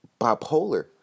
bipolar